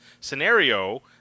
scenario